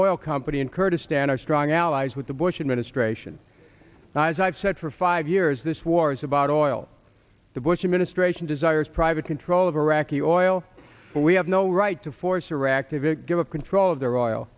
oil company in kurdistan are strong allies with the bush administration and as i've said for five years this war is about oil the bush administration desires private control of iraqi oil but we have no right to force or activity give up control of their oil